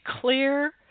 clear